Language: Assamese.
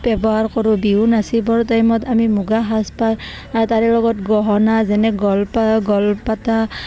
ব্যৱহাৰ কৰোঁ বিহু নাচিবৰ টাইমত আমি মুগা সাজপাৰ তাৰে লগত গহনা যেনে গলপা গলপাতা